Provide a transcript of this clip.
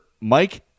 Mike